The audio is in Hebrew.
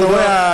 אתה רואה,